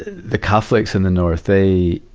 the catholics in the north, they,